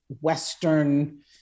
Western